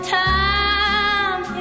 time